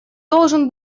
должен